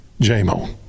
J-Mo